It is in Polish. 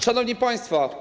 Szanowni Państwo!